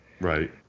Right